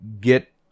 get